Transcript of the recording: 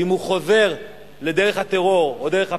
ואם הוא חוזר לדרך הטרור או לדרך הפשע,